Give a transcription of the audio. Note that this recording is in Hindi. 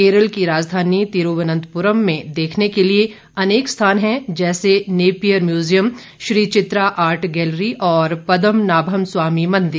केरल की राजधानी तिरुवनंतपुरम में देखने के लिए अनेक स्थान हैं जैसे Napier museum Shri Chitra art gallery और पद्मनाभस्वामी मंदिर